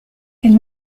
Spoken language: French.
elle